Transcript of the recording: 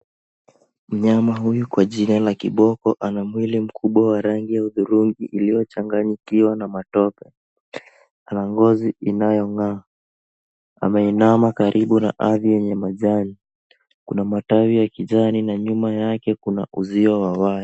Mnyama huyu kwa jina la kiboko ana mwili mkubwa wa rangi ya udhurungi iliyochanganyikiwa na matope. Ana ngozi inayong'aa. Ameinama karibu na ardhi yenye majani. Kuna matawi ya kijani na nyuma yake kuna uzio wa waya.